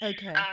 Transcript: Okay